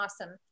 Awesome